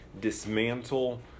dismantle